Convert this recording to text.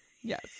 Yes